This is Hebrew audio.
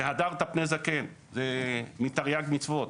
"..והדרת פני זקן..", זה מתרי"ג מצוות,